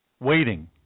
Waiting